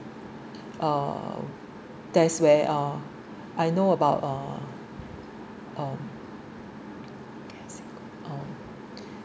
uh that’s where uh I know about uh uh